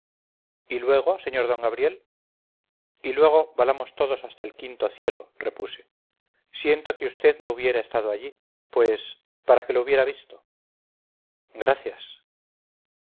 y luego sr d gabriel y luego volamos todos hasta el quinto cielo repuse siento que usted no hubiera estado allí pues para que lo hubiera visto gracias